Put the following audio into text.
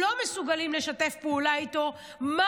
לא מסוגלים לשתף איתו פעולה.